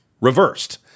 reversed